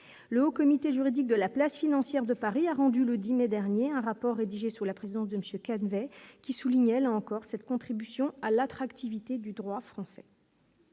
le Haut comité juridique de la place financière de Paris a rendu le 10 mai dernier un rapport rédigé sous la présidence de Monsieur Canivet qui soulignait encore cette contribution à l'attractivité du droit français.